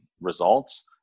results